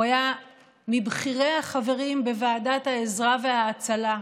הוא היה מבכירי החברים בוועדת העזרה וההצלה,